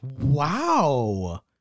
Wow